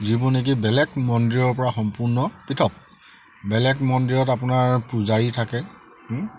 যিবোৰ নেকি বেলেগ মন্দিৰৰ পৰা সম্পূৰ্ণ পৃথক বেলেগ মন্দিৰত আপোনাৰ পূজাৰী থাকে